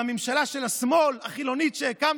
מהממשלה החילונית של השמאל שהקמת,